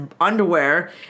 underwear